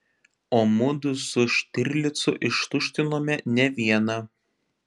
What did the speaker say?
o mudu su štirlicu ištuštinome ne vieną